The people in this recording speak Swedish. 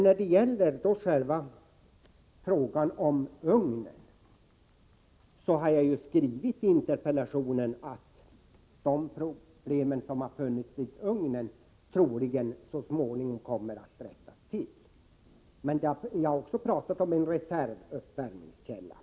När det gäller själva frågan om ugnen har jag ju skrivit i interpellationen att de problem som har funnits vid ugnen troligen kommer att rättas till så småningom. Men jag har också talat om en reservuppvärmningskälla.